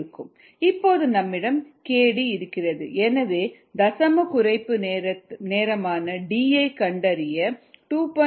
இப்போது நம்மிடம் kd இருக்கிறது எனவே தசம குறைப்பு நேரத்தை கண்டறிய 2